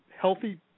healthy